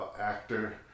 actor